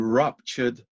ruptured